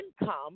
income